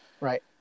right